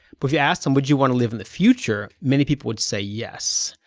but if you asked them would you want live in the future, many people would say yes.